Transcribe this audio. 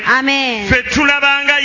amen